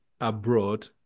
Abroad